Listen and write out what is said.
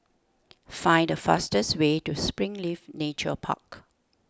find the fastest way to Springleaf Nature Park